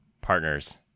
Partners